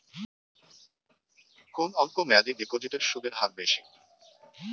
কোন অল্প মেয়াদি ডিপোজিটের সুদের হার বেশি?